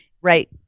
Right